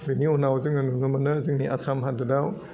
बेनि उनाव जोङो नुनो मोनो जोंनि आसाम हादोदआव